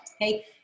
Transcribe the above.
Okay